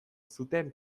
zuten